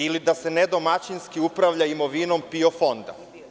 Ili da se ne domaćinski upravlja imovinom PIO fonda.